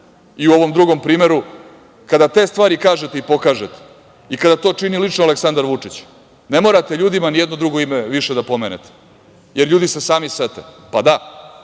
i u ovom drugom primeru. Kada te stvari kažete i pokažete i kada to čini lično Aleksandar Vučić, ne morate ljudima ni jedno drugo ime više da pomenete. Jer, ljudi se sami sete – pa,